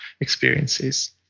experiences